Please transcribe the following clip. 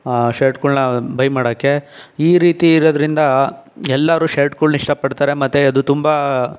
ಶರ್ಟ್ಗಳನ್ನ buy ಮಾಡೋಕ್ಕೆ ಈ ರೀತಿ ಇರೋದ್ರಿಂದ ಎಲ್ಲರೂ ಶರ್ಟ್ಗಳನ್ನ ಇಷ್ಟಪಡ್ತಾರೆ ಮತ್ತು ಅದು ತುಂಬ